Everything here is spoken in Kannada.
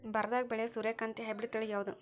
ಬರದಾಗ ಬೆಳೆಯೋ ಸೂರ್ಯಕಾಂತಿ ಹೈಬ್ರಿಡ್ ತಳಿ ಯಾವುದು?